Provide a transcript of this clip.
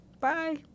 Bye